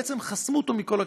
בעצם חסמו אותנו מכל הכיוונים.